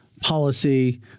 policy